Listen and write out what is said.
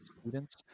students